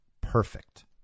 Perfect